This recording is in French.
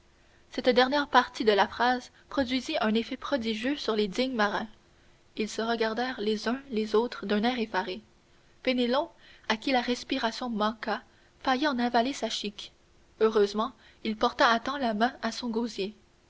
cette dernière partie de la phrase produisit un effet prodigieux sur les dignes marins ils se regardèrent les uns les autres d'un air effaré penelon à qui la respiration manqua faillit en avaler sa chique heureusement il porta à temps la main à son gosier